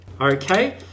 Okay